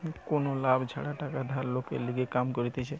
কোনো লাভ ছাড়া টাকা ধার লোকের লিগে কাম করতিছে